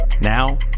Now